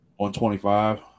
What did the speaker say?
125